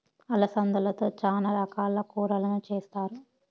అలసందలతో చానా రకాల కూరలను చేస్తారు